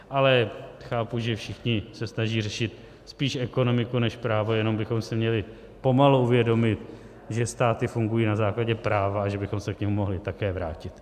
Ale chápu, že všichni se snaží řešit spíše ekonomiku než právo, jenom bychom si měli pomalu uvědomit, že státy fungují na základě práva a že bychom se k němu mohli také vrátit.